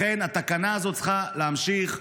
לכן התקנה הזאת צריכה להימשך.